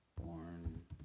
born